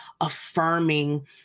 affirming